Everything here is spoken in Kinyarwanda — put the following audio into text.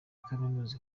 kaminuza